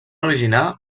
originar